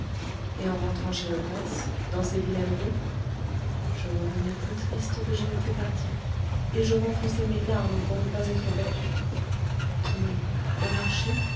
et en rentrant chez l'ogresse dans ces vilaines rues je revenais plus triste que je n'étais partie et je renfonçais mes larmes pour ne pas être battue tenez au marché